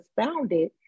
founded